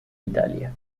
italia